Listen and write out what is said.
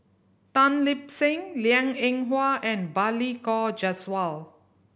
Tan Lip Seng Liang Eng Hwa and Balli Kaur Jaswal